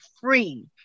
free